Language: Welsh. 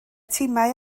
timau